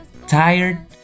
tired